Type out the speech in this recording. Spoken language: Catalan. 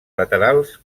laterals